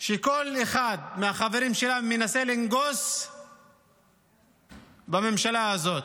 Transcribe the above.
שכל אחד מהחברים בה מנסה לנגוס בממשלה הזאת.